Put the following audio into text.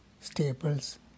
staples